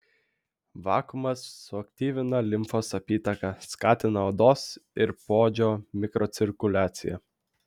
vakuumas suaktyvina limfos apytaką skatina odos ir poodžio mikrocirkuliaciją